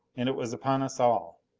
and it was upon us all.